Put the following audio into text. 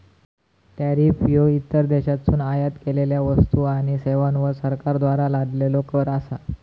tariff ह्यो इतर देशांतसून आयात केलेल्यो वस्तू आणि सेवांवर सरकारद्वारा लादलेलो कर असा